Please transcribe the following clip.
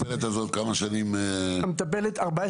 כמה שנים העובדת נמצאת אתכם?